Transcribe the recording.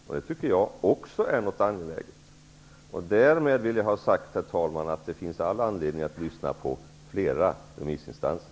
Jag tycker att också detta är angeläget. Därmed vill jag ha sagt, herr talman, att det finns all anledning att lyssna på flera remissinstanser.